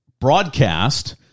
broadcast